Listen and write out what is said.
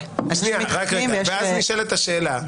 ואז נשאלת השאלה,